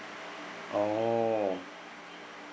oh